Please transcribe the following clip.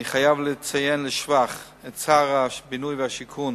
אני חייב לציין לשבח את שר הבינוי והשיכון